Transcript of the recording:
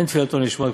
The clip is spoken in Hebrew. אין תפילתו נשמעת,